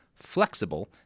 flexible